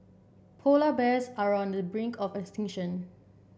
polar bears are on the brink of extinction